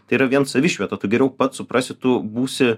tai yra vien savišvieta tu geriau pats suprasi tu būsi